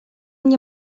nie